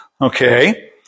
Okay